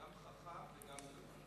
גם חכם וגם מלומד.